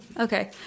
Okay